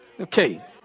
Okay